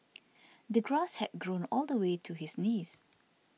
the grass had grown all the way to his knees